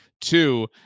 Two